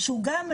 או לחלופין,